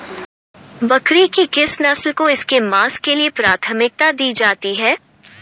बकरी की किस नस्ल को इसके मांस के लिए प्राथमिकता दी जाती है?